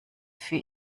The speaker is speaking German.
für